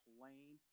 Plain